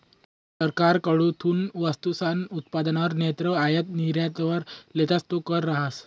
सरकारकडथून वस्तूसना उत्पादनवर नैते आयात निर्यातवर लेतस तो कर रहास